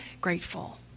grateful